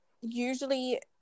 usually